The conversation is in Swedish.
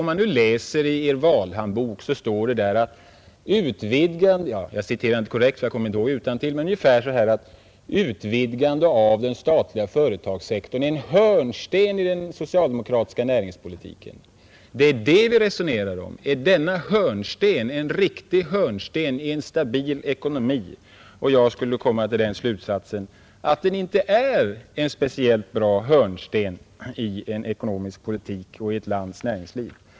Om man läser i partiets valhandbok finner man — jag citerar inte helt korrekt, eftersom jag inte kan det utantill — att det står ungefär så här: Utvidgandet av den statliga företagssektorn är en hörnsten i den socialdemokratiska näringspolitiken. Det är det vi resonerar om. Är denna hörnsten en riktig hörnsten i en stabil ekonomi? Jag skulle dra den slutsatsen att den inte är någon speciellt bra hörnsten i en ekonomisk politik och i ett lands näringsliv.